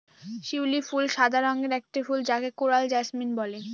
শিউলি ফুল সাদা রঙের একটি ফুল যাকে কোরাল জাসমিন বলে